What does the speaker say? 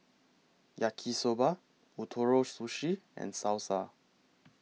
Yaki Soba Ootoro Sushi and Salsa